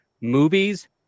Movies